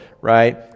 right